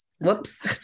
Whoops